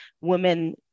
women